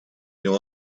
you